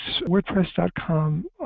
WordPress.com